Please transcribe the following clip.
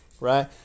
right